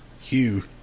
Hugh